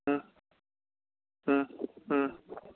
ꯎꯝ ꯎꯝ ꯎꯝ